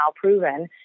proven